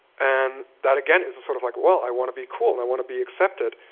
and that, again, is a sort of like, well, i want to be cool and i want to be accepted.